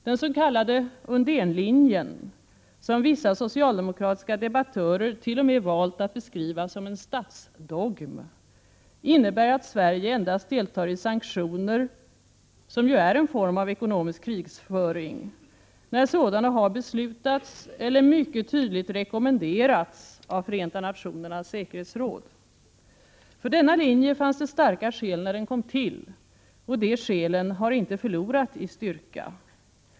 Den s.k. Undénlinjen, som vissa socialdemokratiska debattörer t.o.m. valt att beskriva som en ”statsdogm”, innebär att Sverige endast deltar i sanktioner, som är en form av ekonomisk krigföring, när sådana har beslutats eller mycket tydligt rekommenderats av Förenta nationernas säkerhetsråd. För denna linje fanns det starka skäl när den kom till. Och de skälen har inte förlorat i styrka.